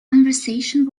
conversation